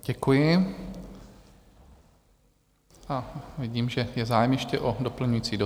Děkuji a vidím, že je zájem ještě o doplňující dotaz.